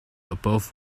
above